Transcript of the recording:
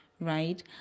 right